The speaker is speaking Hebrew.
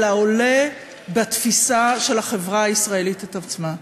אלא עולה בתפיסה של החברה הישראלית את עצמה.